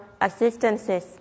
assistances